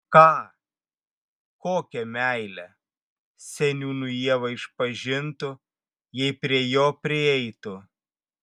ką kokią meilę seniūnui ieva išpažintų jei prie jo prieitų